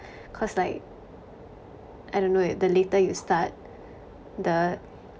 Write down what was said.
cause like I don't know the later you start the